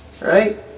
Right